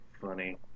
funny